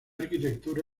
arquitectura